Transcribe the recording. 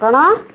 କ'ଣ